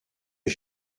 est